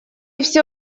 всё